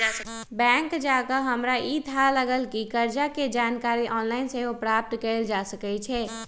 bank जा कऽ हमरा इ थाह लागल कि कर्जा के जानकारी ऑनलाइन सेहो प्राप्त कएल जा सकै छै